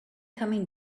coming